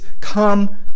come